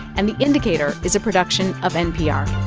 and the indicator is a production of npr